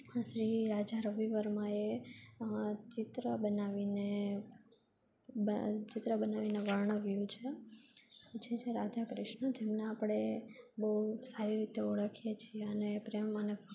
શ્રી રાજા રવિ વર્માએ ચિત્ર બનાવીને બાળ ચિત્ર બનાવીને વર્ણવ્યું છે જે છે રાધા ક્રિષ્ન જેમને આપણે બહુ સારી રીતે ઓળખીએ છે અને પ્રેમનું અને